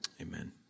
Amen